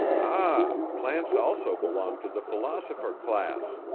ah, plants also belong to the philosopher class!